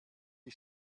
die